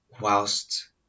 whilst